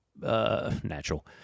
natural